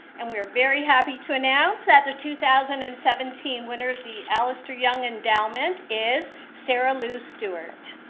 and we're very happy to announce that the two thousand and seventeen winner of the allister young endowment is sara lou stuart.